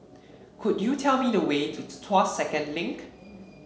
could you tell me the way to Tuas Second Link